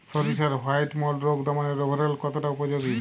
সরিষার white mould রোগ দমনে রোভরাল কতটা উপযোগী?